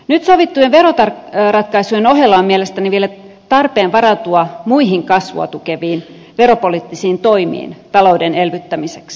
nyt sovittujen veroratkaisujen ohella on mielestäni vielä tarpeen varautua muihin kasvua tukeviin veropoliittisiin toimiin talouden elvyttämiseksi